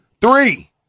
Three